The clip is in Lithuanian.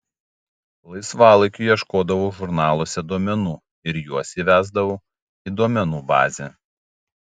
laisvalaikiu ieškodavau žurnaluose duomenų ir juos įvesdavau į duomenų bazę